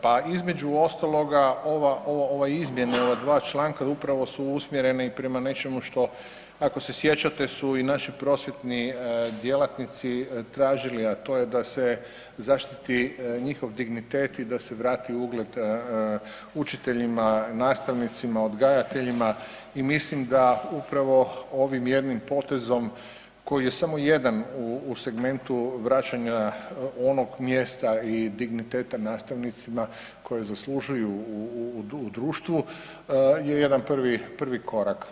Pa između ostaloga ove izmjene ova dva članka upravo su usmjereni prema nečemu što, ako se sjećate, su i naši prosvjetni djelatnici tražili, a to je da se zaštititi njihov dignitet i da se vrati ugled učiteljima, nastavnicima, odgajateljima i mislim da upravo ovim jednim potezom koji je samo jedan u segmentu vraćanja onog mjesta i digniteta nastavnicima koje zaslužuju u društvu je jedan prvi, prvi korak.